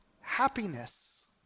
happiness